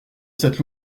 cette